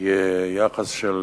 ביחס של